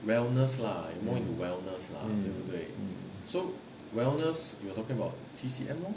mm mm